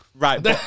Right